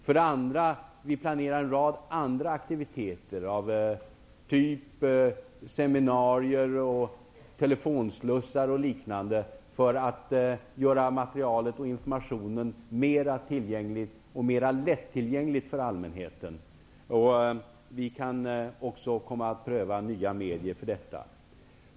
För det andra planerar vi en rad andra aktiviteter, som seminarier och telefonslussar, för att göra materialet och informationen mer lättillgängliga för allmänheten. Vi kan också komma att pröva nya medier för detta.